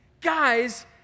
Guys